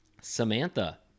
Samantha